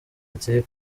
ati